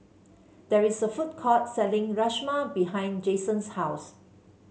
there is a food court selling Rajma behind Jasen's house